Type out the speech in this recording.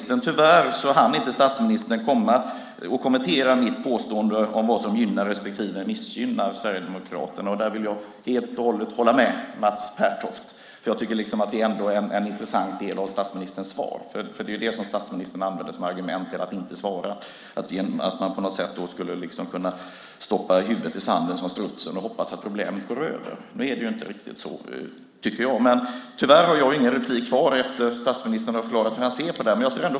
Tyvärr hann statsministern inte kommentera mitt påstående om vad som gynnar respektive missgynnar Sverigedemokraterna. Där håller jag helt och hållet med Mats Pertoft. Jag tycker att det ändå är en intressant del av statsministerns svar. Det som statsministern använder som argument genom att inte svara är att man på något sätt skulle kunna stoppa huvudet i sanden som strutsen och hoppas att problemet försvinner. Nu tycker inte jag att det är riktigt så. Tyvärr har jag inte rätt till något mer inlägg efter att statsministern har förklarat hur han ser på detta.